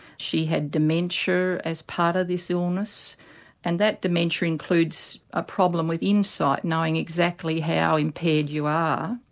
she had dementia as part of this illness and that dementia includes a problem with insight, knowing exactly how impaired you are.